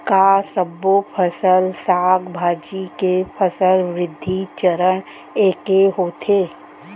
का सबो फसल, साग भाजी के फसल वृद्धि चरण ऐके होथे?